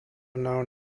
known